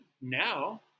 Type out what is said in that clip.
now